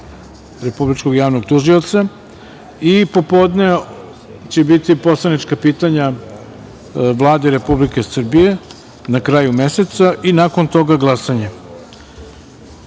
Republičkog javnog tužioca. Popodne će biti poslanička pitanja Vladi Republike Srbije, na kraju meseca i nakon toga glasanje. Saglasno